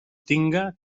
tinga